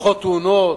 פחות תאונות,